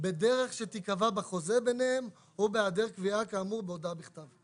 בדרך שתי קבע בחוזה ביניהם או בהיעדר תביעה כאמור בהודעה בכתב".